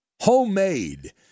homemade